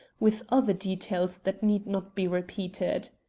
with other details that need not be repeated.